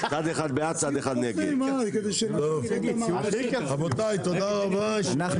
רבותיי, תודה רבה, הישיבה נעולה.